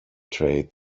trade